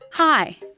Hi